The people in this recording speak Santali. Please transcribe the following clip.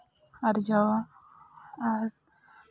ᱟᱨᱡᱟᱣᱟ